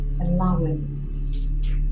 allowance